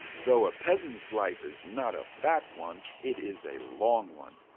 though a peasant's life is not a fat one, it is a long one.